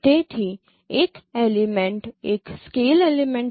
તેથી એક એલિમેંટ એક સ્કેલ એલિમેંટ હોઈ શકે છે